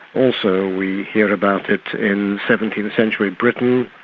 also we hear about it in seventeenth century britain,